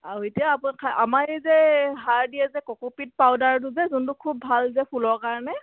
আৰু এতিয়া আ আমাৰ এই যে সাৰ দিয়ে যে কক'পিত পাউদাৰটো যে যোনটো খুব ভাল যে ফুলৰ কাৰণে